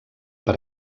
per